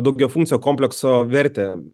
daugiafunkcio komplekso vertę